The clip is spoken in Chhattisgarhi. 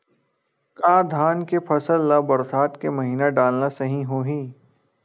का धान के फसल ल बरसात के महिना डालना सही होही?